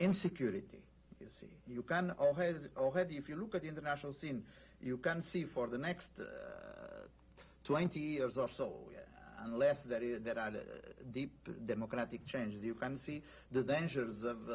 in security you see you can always overhead if you look at the international scene you can see for the next twenty years or so unless that is that a deep democratic changes you can see the dangers of